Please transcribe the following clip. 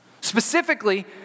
Specifically